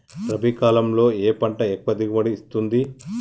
రబీ కాలంలో ఏ పంట ఎక్కువ దిగుబడి ఇస్తుంది?